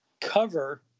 cover